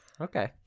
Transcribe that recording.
Okay